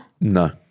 No